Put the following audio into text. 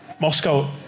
Moscow